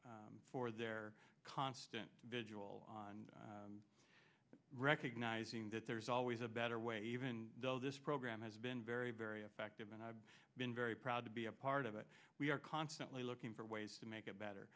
for their constant vigil on recognizing that there is always a better way even though this program has been very very effective and i've been very proud to be a part of it we are constantly looking for ways to make it better